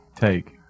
Take